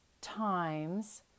times